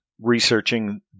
researching